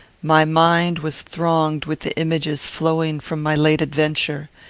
my mind was thronged with the images flowing from my late adventure.